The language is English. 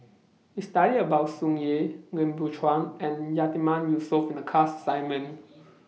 We studied about Tsung Yeh Lim Biow Chuan and Yatiman Yusof in The class assignment